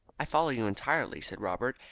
i follow you entirely, said robert,